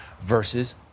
versus